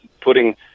putting